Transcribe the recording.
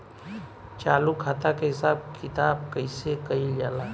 चालू खाता के हिसाब किताब कइसे कइल जाला?